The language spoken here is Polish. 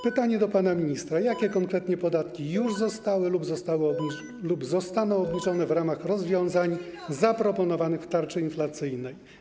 Pytanie do pana ministra: Jakie konkretnie podatki zostały już lub zostaną obniżone w ramach rozwiązań zaproponowanych w tarczy inflacyjnej?